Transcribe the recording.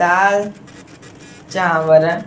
दालि चांवरु